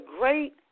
great